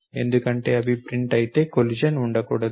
ఎందుకంటే అవి ప్రింట్ అయితే కొలిషన్ ఉండకూడదు